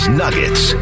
nuggets